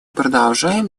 продолжаем